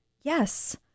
Yes